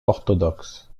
orthodoxe